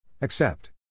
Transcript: Accept